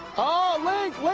oh, link, where